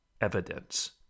evidence